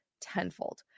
tenfold